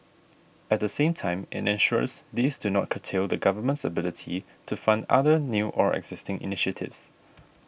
at the same time it ensures these do not curtail the Government's ability to fund other new or existing initiatives